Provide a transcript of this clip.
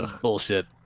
bullshit